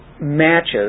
matches